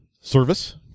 service